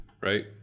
right